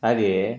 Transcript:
ಹಾಗೆಯೇ